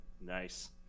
Nice